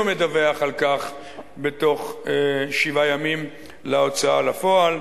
מדווח על כך בתוך שבעה ימים להוצאה לפועל.